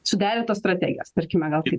suderintos strategijos tarkime gal taip